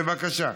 בבקשה.